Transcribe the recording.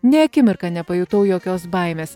nė akimirką nepajutau jokios baimės